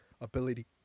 ability